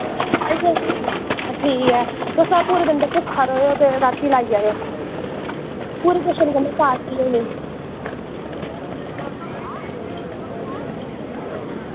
ठीक ऐ तुस पूरा दिन भुक्खा रवेओ ते रातीं बेल्लै आई जाएओ पूरे जश्न कन्नै पार्टी होनी